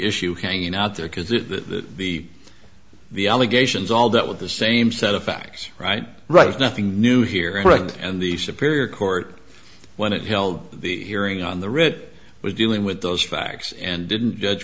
issue hanging out there because the the the allegations all that with the same set of facts right right is nothing new here and the superior court when it held the hearing on the writ was dealing with those facts and didn't judge